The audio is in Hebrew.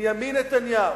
בנימין נתניהו.